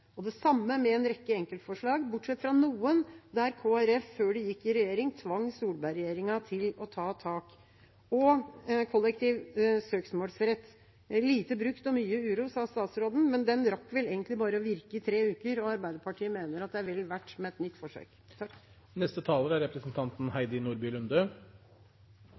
det samme med en rekke enkeltforslag, bortsett fra noen, der Kristelig Folkeparti, før de gikk i regjering, tvang Solberg-regjeringa til å ta tak. Så til kollektiv søksmålsrett: Lite brukt og mye uro, sa statsråden, men den rakk vel egentlig bare å virke i tre uker. Arbeiderpartiet mener at det er vel verdt med et nytt forsøk.